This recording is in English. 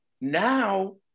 Now